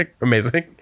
Amazing